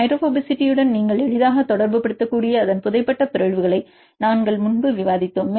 ஹைட்ரோபோபசிட்டியுடன் நீங்கள் எளிதாக தொடர்புபடுத்தக்கூடிய அதன் புதைபட்ட பிறழ்வுகளை நாங்கள் முன்பு விவாதித்தோம்